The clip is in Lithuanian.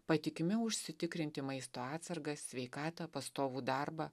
patikimiau užsitikrinti maisto atsargas sveikatą pastovų darbą